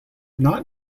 not